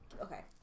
Okay